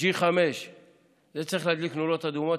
G5. זה צריך להדליק נורות אדומות.